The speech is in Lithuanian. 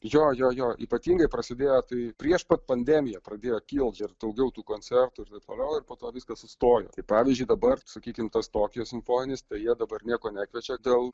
jo jo jo ypatingai prasidėjo tai prieš pat pandemiją pradėjo kilt ir daugiau tų koncertų ir taip toliau ir po to viskas sustojo tai pavyzdžiui dabar sakykim tas tokijo simfoninis tai jie dabar nieko nekviečia dėl